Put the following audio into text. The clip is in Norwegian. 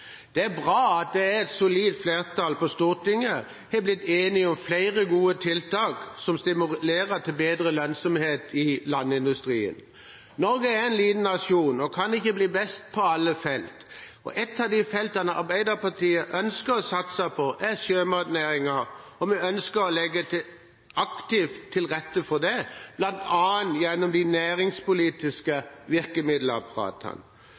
Det er bra at et solid flertall på Stortinget har blitt enig om flere gode tiltak som stimulerer til bedre lønnsomhet i landindustrien. Norge er en liten nasjon og kan ikke bli best på alle felt. Et av de feltene Arbeiderpartiet ønsker å satse på, er sjømatnæringen. Vi ønsker å legge aktivt til rette for det, bl.a. gjennom de